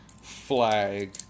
flag